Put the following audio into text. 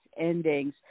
endings